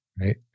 right